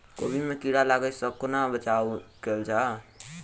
कोबी मे कीड़ा लागै सअ कोना बचाऊ कैल जाएँ?